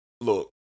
look